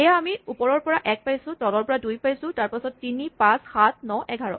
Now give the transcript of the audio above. এয়া আমি ওপৰৰ পৰা এক পাইছোঁ তলৰ পৰা দুই পাইছোঁ তাৰপাছত তিনি পাঁচ সাত ন এঘাৰ